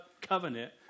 covenant